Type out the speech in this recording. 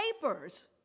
papers